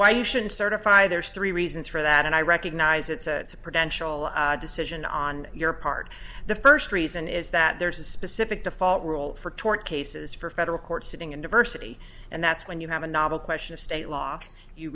why you shouldn't certify there's three reasons for that and i recognize it's a separate decision on your part the first reason is that there's a specific default rule for tort cases for a federal court sitting in diversity and that's when you have a novel question of state law you